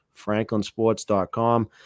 franklinsports.com